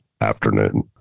afternoon